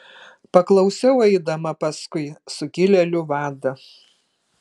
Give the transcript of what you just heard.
paklausiau eidama paskui sukilėlių vadą